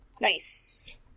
Nice